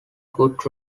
good